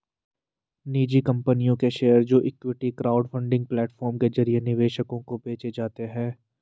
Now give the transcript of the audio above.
निजी कंपनियों के शेयर जो इक्विटी क्राउडफंडिंग प्लेटफॉर्म के जरिए निवेशकों को बेचे जाते हैं